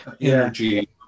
energy